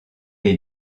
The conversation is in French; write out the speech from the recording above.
est